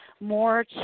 more